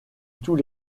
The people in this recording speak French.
tous